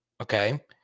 Okay